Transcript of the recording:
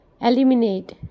Eliminate